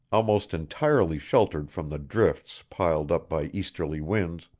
almost entirely sheltered from the drifts piled up by easterly winds,